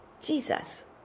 Jesus